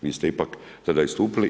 Vi ste ipak tada istupili.